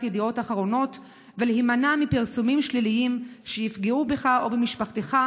ידיעות אחרונות ולהימנע מפרסומים שליליים שיפגעו בך או במשפחתך,